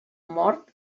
mort